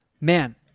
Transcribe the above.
Man